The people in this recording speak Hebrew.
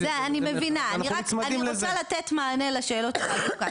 זה אני מבינה, אני רוצה לתת מענה לשאלות שעלו כאן.